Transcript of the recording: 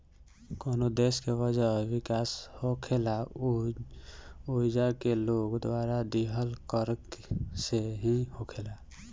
कवनो देश के वजह विकास होखेला उ ओइजा के लोग द्वारा दीहल कर से ही होखेला